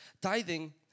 Tithing